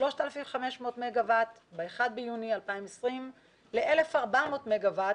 מ-3,500 מגה-ואט ב-1 ביוני 2020 ל-1,400 מגה-ואט